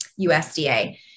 USDA